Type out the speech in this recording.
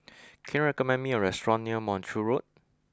can you recommend me a restaurant near Montreal Road